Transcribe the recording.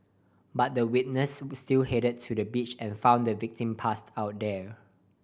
but the witness still headed to the beach and found the victim passed out there